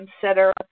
consider